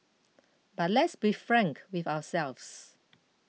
but let's be frank with ourselves